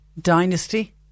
Dynasty